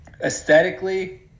aesthetically